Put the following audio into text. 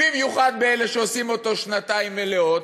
במיוחד באלה שעושים אותו שנתיים מלאות,